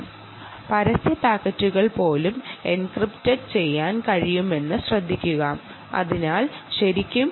advertise പാക്കറ്റുകൾ encrypt ചെയ്യാൻ കഴിയും